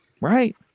right